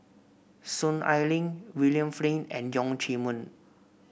Soon Ai Ling William Flint and Leong Chee Mun